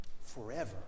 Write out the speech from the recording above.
forever